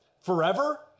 Forever